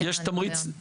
יש תמריץ מאוד גדול.